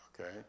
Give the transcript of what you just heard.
okay